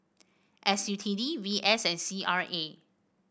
S U T D V S and C R A